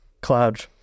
cloud